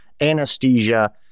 anesthesia